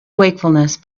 wakefulness